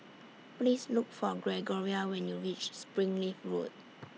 Please Look For Gregoria when YOU REACH Springleaf Road